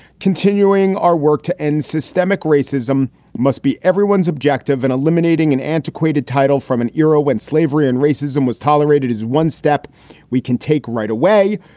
continuing our work to end systemic racism must be everyone's objective. in eliminating an antiquated title from an era when slavery and racism was tolerated is one step we can take right away.